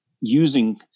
using